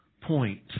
point